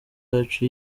yacu